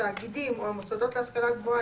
התאגידים או המוסדות להשכלה גבוהה,